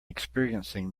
experiencing